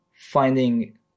finding